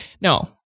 No